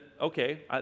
okay